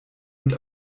und